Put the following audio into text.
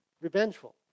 Revengeful